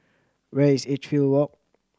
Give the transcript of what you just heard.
where is Edgefield Walk